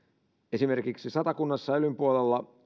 esimerkiksi satakunnassa elyn puolella